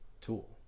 tool